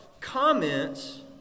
comments